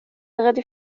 الغد